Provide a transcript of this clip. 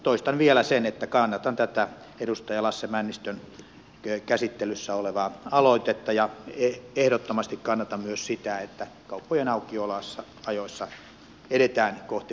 toistan vielä sen että kannatan tätä käsittelyssä olevaa edustaja lasse männistön aloitetta ja ehdottomasti kannatan myös sitä että kauppojen aukioloajoissa edetään kohti vapauttamista